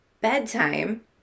bedtime